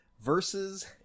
versus